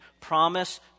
promise